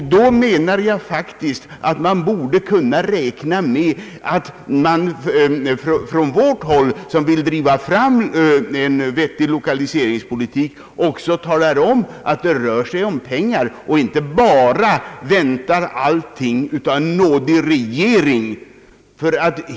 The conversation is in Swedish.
Då menar jag att man borde kunna räkna med att vi, som vill driva fram en vettig lokaliseringspolitik, också talar om vad det rör sig om för pengar och inte bara väntar allting av en nådig regering.